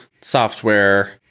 software